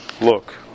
look